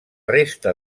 resta